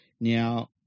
Now